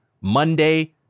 Monday